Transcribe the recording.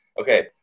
okay